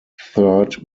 third